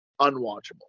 unwatchable